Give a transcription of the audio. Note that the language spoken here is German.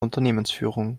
unternehmensführung